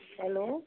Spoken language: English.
hello